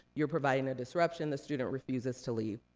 you're providing a disruption, the student refuses to leave.